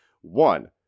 One